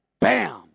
bam